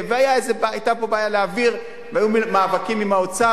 והיתה פה בעיה להעביר, והיו מאבקים עם האוצר,